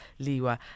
Liwa